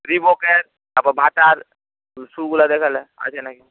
রিবকের তারপর বাটার শুগুলো দেখে নে আছে নাকি